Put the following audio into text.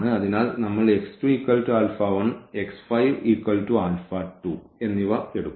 അതിനാൽ നമ്മൾ എന്നിവ എടുക്കും